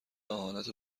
اهانت